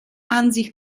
ansicht